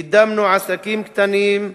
קידמנו עסקים קטנים,